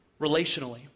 relationally